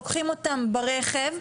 לוקחים אותם ברכב,